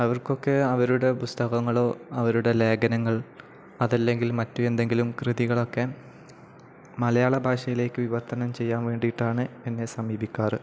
അവർക്കൊക്കെ അവരുടെ പുസ്തകങ്ങളോ അവരുടെ ലേഖനങ്ങൾ അതല്ലെങ്കിൽ മറ്റ് എന്തെങ്കിലും കൃതികളൊക്കെ മലയാള ഭാഷയിലേക്കു വിവത്തനം ചെയ്യാൻ വേണ്ടിയിട്ടാണ് എന്നെ സമീപിക്കാറ്